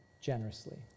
generously